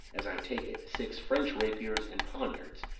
as i take it, six french rapiers and poniards,